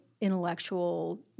intellectual